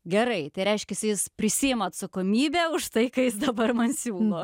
gerai tai reiškiasi jis prisiima atsakomybę už tai ką jis dabar man siūlo